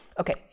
Okay